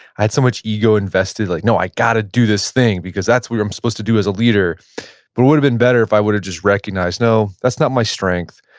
i had so much ego invested. like, no, i got to do this thing, because that's what i'm supposed to do as leader. but it would've been better if i would've just recognized, no, that's not my strength.